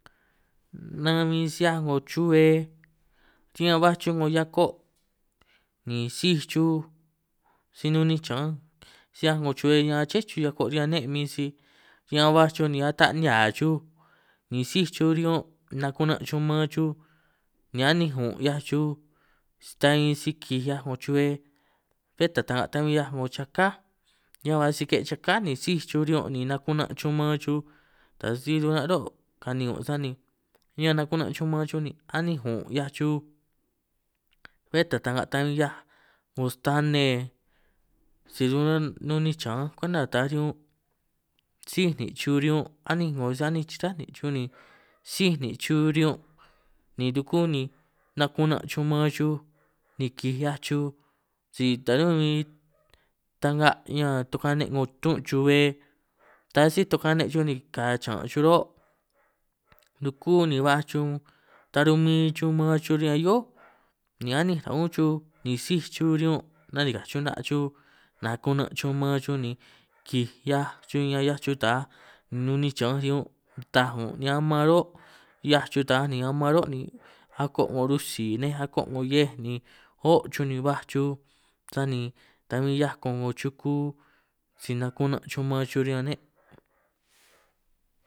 Nan bin 'hiaj 'ngo chubbe riñan baj chuj 'ngo hiako', ni síj chuj si nun ninj chì'ñanj an si 'hiaj 'ngo chubbe ñan aché chuj riñan hia'ko' riñan nȇ' bin, si ñan baj chuj ni ata' nihià chuj ni síj chuj riñun' naku'nan' chuj ma'an chuj ni anínj ùn' 'hiaj chuj, ta bin si kij 'hiaj 'ngo chubbe bé ta taj ta'nga bin 'hiaj chaká ñan ba sike chaká ni síj chuj riñun', ni nakunan' chuj ma'an chuj ta si nun aran' rô' kani ùn' sani ñan nan nakuna' chuj ma'an chuj ni anínj ùn' 'hiaj chuj, bé ta taj ta'nga ta bin 'hiaj 'ngo stane si nun ninj chì'ñanj an kwenta tanj riñun', síj nin' chuj riñun' anínj 'ngo sa anínj chichá nin' chuj ni síj nin' chuj riñun', ni dukû ni naku'naj chuj maan chuj ni kij 'hiaj chuj si ta rûn' bin ta'nga ñan tukuane' 'ngo tûn' chubbe ta síj tukuane' chuj, ni ka' chìñanj rô' dukû ni baj chuj tarumin chuj maan chuj riñan hi'ó ni anínj ta ún chuj, ni síj chuj riñun' nanikàj chuj 'na' chuj nakuna' chuj maan chuj, ni kij 'hiaj chuj ñan 'hiaj chuj taj nun ninj chìñanj riñun ta ùn' ni aman rô' 'hiaj chuj tanj, ni aman rô' ni ako' 'ngo rutsì nej ako' 'ngo hiej ni ô' chuj ni baj chuj, sani ta bin 'hiaj 'ngo 'ngo chuku si nakuna' chuj maan chuj riñan nȇ'.